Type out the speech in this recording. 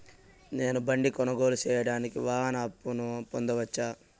నేను బండి కొనుగోలు సేయడానికి వాహన అప్పును పొందవచ్చా?